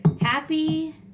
Happy